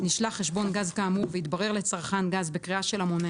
נשלח חשבון גז כאמור והתברר לצרכן גז בקריאה של המונה,